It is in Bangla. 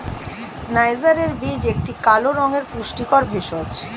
নাইজারের বীজ একটি কালো রঙের পুষ্টিকর ভেষজ